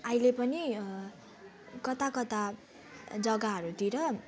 अहिले पनि कता कता जग्गाहरूतिर